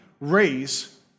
raise